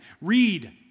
read